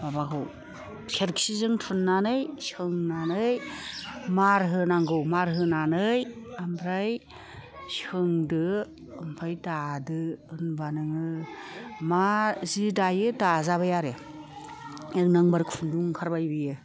माबाखौ सोरखिजों थुननानै सोंनानै मार होनांगौ मार होनानै ओमफ्राय सोंदो ओमफ्राय दादो होनबा नोङो मा जि दायो दाजाबाय आरो एक नाम्बार खुन्दुं ओंखारबाय बियो